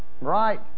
Right